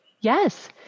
Yes